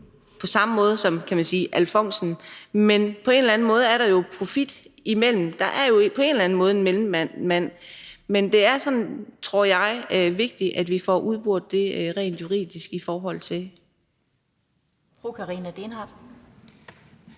samme måde som alfonsen, men på en eller anden måde er der jo profit imellem dem. Der er jo på en eller anden måde en mellemmand. Men det er, tror jeg, vigtigt, at vi får udboret det rent juridisk. Kl.